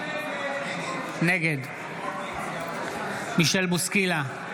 נגד מישל בוסקילה,